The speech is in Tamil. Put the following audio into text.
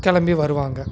கிளம்பி வருவாங்க